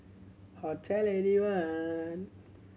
Hotel Eighty one